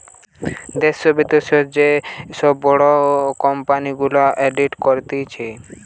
দ্যাশে, বিদ্যাশে যে সব বড় কোম্পানি গুলা অডিট করতিছে